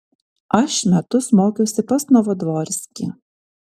aš metus mokiausi pas novodvorskį